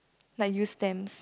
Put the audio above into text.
like use stamps